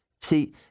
See